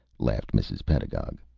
laughed mrs. pedagog.